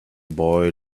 boy